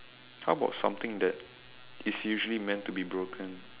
how about something that is usually meant to be broken